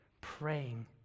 praying